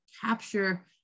capture